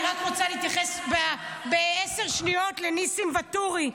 אני רק רוצה להתייחס בעשר שניות לניסים ואטורי,